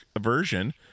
version